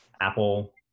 Apple